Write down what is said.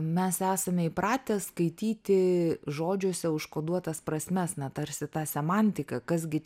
mes esame įpratę skaityti žodžiuose užkoduotas prasmes na tarsi tą semantiką kas gi